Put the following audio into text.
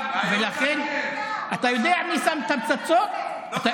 אתה יודע מי שם את הפצצות?